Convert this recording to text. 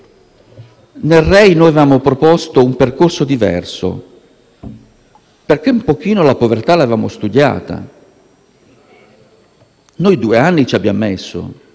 inclusione avevamo proposto un percorso diverso, perché un pochino la povertà l'avevamo studiata. Ci abbiamo messo